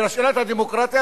ושאלת הדמוקרטיה,